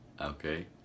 Okay